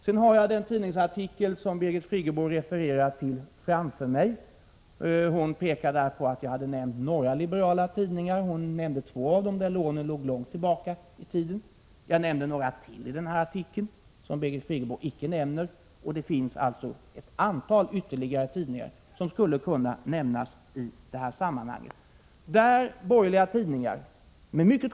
Jag har den tidningsartikel som Birgit Friggebo refererade till framför mig. Hon framhöll att jag nämnt några liberala tidningar, och hon namngav två av dem vilkas lån låg långt tillbaka i tiden. Jag nämnde ytterligare några tidningar i denna artikel, men dessa berörde Birgit Friggebo icke. Det finns alltså ett antal ytterligare tidningar som skulle kunna nämnas i detta sammanhang. Det gäller borgerliga tidningar, inkl.